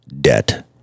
Debt